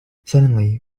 suddenly